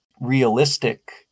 realistic